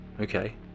Okay